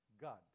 God